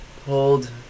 Hold